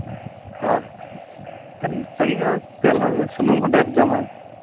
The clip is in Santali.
ᱦᱳᱭ ᱮᱱᱠᱷᱟᱱ ᱥᱟᱺᱜᱤᱧ ᱦᱚᱸ ᱛᱮᱞ ᱦᱚᱸ ᱥᱩᱱᱩᱢ ᱦᱚᱸ ᱰᱷᱮᱨ ᱡᱚᱢ ᱟᱭ